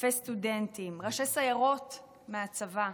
אלפי סטודנטים, ראשי סיירות מהצבא,